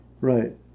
Right